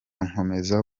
nkomeza